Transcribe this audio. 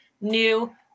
new